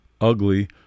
ugly